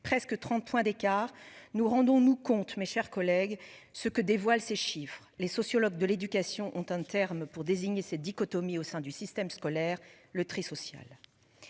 presque 30 points d'écart. Nous rendons-nous compte mes chers collègues ce que dévoile ses chiffres les sociologues de l'éducation ont un terme pour désigner cette dichotomie au sein du système scolaire le tri social.